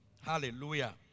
Hallelujah